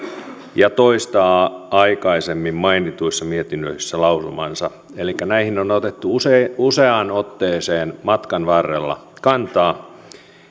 ja toistaa aikaisemmin mainituissa mietinnöissään lausumansa elikkä näihin on otettu useaan otteeseen matkan varrella kantaa